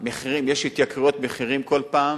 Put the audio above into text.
יש התייקרויות מחירים כל פעם